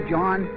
John